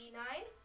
nine